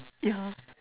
yeah